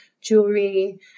jewelry